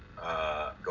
Go